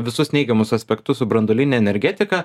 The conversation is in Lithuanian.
visus neigiamus aspektus su branduoline energetika